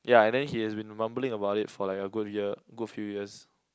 ya and then he has been mumbling about it for like a good year good few years